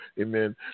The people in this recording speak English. Amen